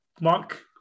Mark